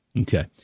Okay